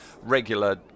regular